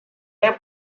have